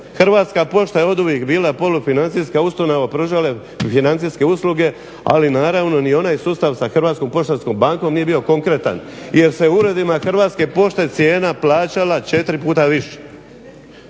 Hrvatska pošta je oduvijek bila polufinancijska ustanova, pružala je financijske usluge ali naravno ni onaj sustav sa Hrvatskom poštanskom bankom nije bio konkretan jer se u uredima Hrvatske pošte cijena plaćala 4 puta više